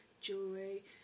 jewelry